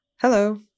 Hello